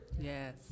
Yes